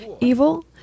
evil